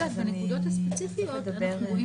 או שזה כן מעניין אותנו ואנחנו לא אוכפים